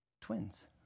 twins